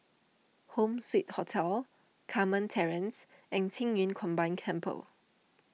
Home Suite Hotel Carmen Terrace and Qing Yun Combined Temple